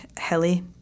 hilly